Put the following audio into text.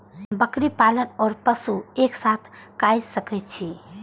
बकरी पालन ओर पशु एक साथ कई सके छी?